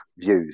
views